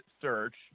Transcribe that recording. search